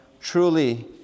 Truly